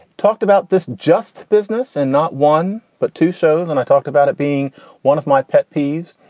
talked about this just business and not one, but two shows. and i talk about it being one of my pet peeves.